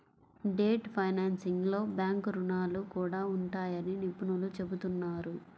debt ఫైనాన్సింగ్లో bank రుణాలు కూడా ఉంటాయని నిపుణులు చెబుతున్నారు